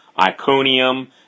Iconium